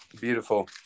Beautiful